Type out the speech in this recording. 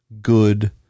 good